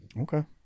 Okay